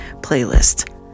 playlist